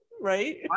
Right